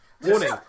Warning